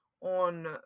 on